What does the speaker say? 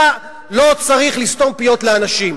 לא ניזוקה, אתה לא צריך לסתום פיות לאנשים.